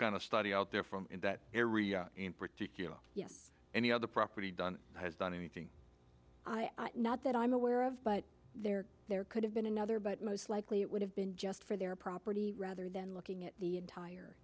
kind of study out there from in that area in particular yes any other property done has done anything not that i'm aware of but there there could have been another but most likely it would have been just for their property rather than looking at the entire